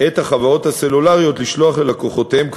את החברות הסלולריות לשלוח ללקוחותיהן,